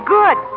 good